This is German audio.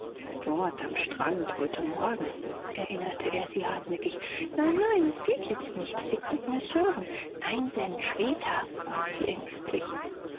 dort am strand heute morgen erinnerte er sie hartnäckig nein nein es geht jetzt nicht sie könnten es hören nein zen später bat sie ängstlich